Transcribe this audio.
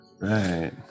right